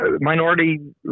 minority